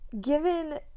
given